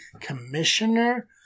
commissioner